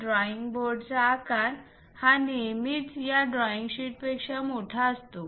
drawing बोर्डाचा आकार हा नेहमीच या ड्रॉईंग शीटपेक्षा मोठा असतो